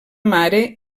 mare